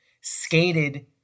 skated